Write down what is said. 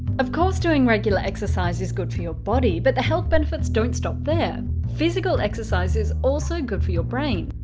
of course doing regular exercise is good for your body, but the health benefits don't stop there. physical exercise is also good for your brain.